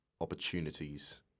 opportunities